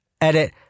Edit